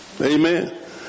amen